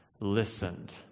listened